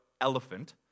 elephant